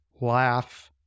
laugh